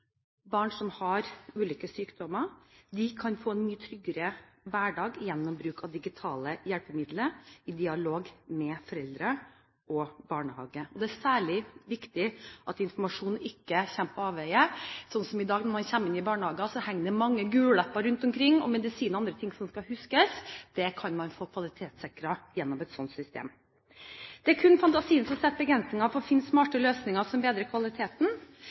barn som har ulike sykdommer. De kan få en mye tryggere hverdag gjennom bruk av digitale hjelpemidler i dialogen mellom foreldre og barnehage. Det er særlig viktig at informasjon ikke kommer på avveie. Når man kommer inn i barnehagen i dag, er det slik at det henger mange gule lapper rundt omkring om medisiner og andre ting som skal huskes. Det kan man få kvalitetssikret gjennom et slikt system. Det er kun fantasien som setter begrensninger for å finne smarte løsninger som bedre kvaliteten